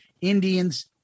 Indians